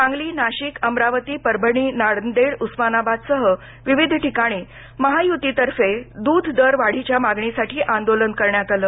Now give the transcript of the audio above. सांगली नाशिक अमरावती परभणी नांदेड उस्मानाबादसह विविध ठिकाणीही महायुती तर्फे दुध दर वाढीच्या मागणीसाठी आंदोलन करण्यात आलं